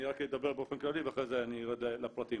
אני רק אדבר באופן כללי ואחרי זה אני ארד לפרטים.